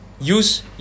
Use